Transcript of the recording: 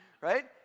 right